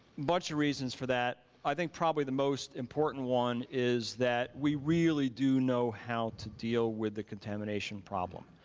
bunch of reasons for that. i think probably the most important one is that we really do know how to deal with the contamination problem.